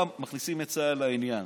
מכניסים את צה"ל לעניין.